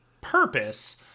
purpose